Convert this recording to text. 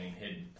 hidden